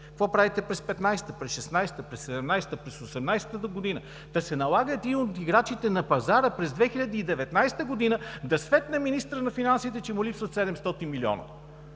Какво правите през 2015 г., през 2016 г., през 2017 г., през 2018 г., та се налага един от играчите на пазара през 2019 г. да светне министъра на финансите, че му липсват 700